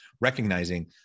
recognizing